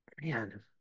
man